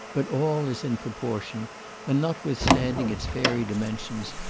but all is in proportion and notwithstanding its fairy dimensions,